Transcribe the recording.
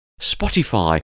Spotify